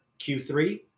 Q3